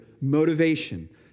motivation